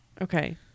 Okay